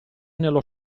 nello